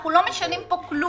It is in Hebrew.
אנחנו לא משנים פה כלום.